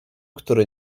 który